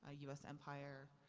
ah u s. empire,